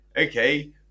okay